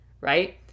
right